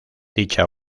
dicha